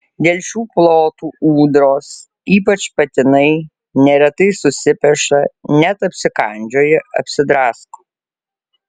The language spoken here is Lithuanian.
dėl šių plotų ūdros ypač patinai neretai susipeša net apsikandžioja apsidrasko